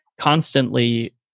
constantly